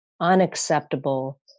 unacceptable